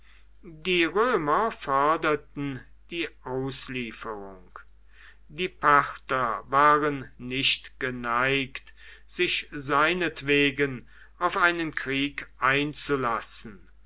die römer forderten die auslieferung die parther waren nicht geneigt sich seinetwegen auf einen krieg einzulassen